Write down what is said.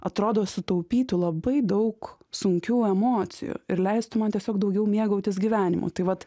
atrodo sutaupytų labai daug sunkių emocijų ir leistų man tiesiog daugiau mėgautis gyvenimu tai vat